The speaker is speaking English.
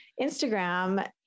Instagram